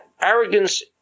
Arrogance